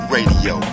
Radio